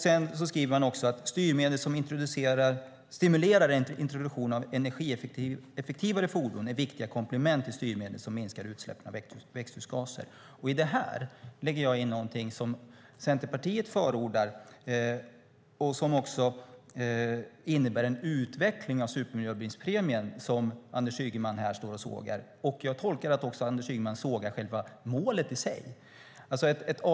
Sedan skriver man också att styrmedel som stimulerar introduktion av energieffektivare fordon är viktiga komplement till styrmedel som minskar utsläppen av växthusgaser. I detta lägger jag in något som Centerpartiet förordar och som också innebär en utveckling av supermiljöbilspremien som Anders Ygeman sågar här. Jag tolkar Anders Ygeman så att han också sågar själva målet i sig.